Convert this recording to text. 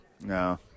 no